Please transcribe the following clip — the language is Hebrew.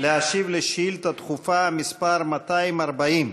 להשיב על שאילתה דחופה מס' 240,